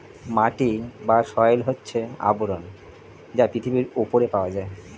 মাটি বা সয়েল হচ্ছে আবরণ যা পৃথিবীর উপরে পাওয়া যায়